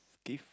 teeth